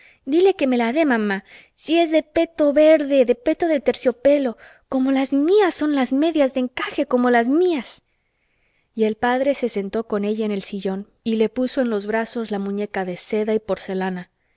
dile que me la dé mamá si es de peto verde de peto de terciopelo como las mías son las medias de encaje como las mías y el padre se sentó con ella en el sillón y le puso en los brazos la muñeca de seda y porcelana